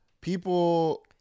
People